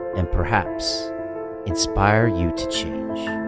and perhaps inspire you to change.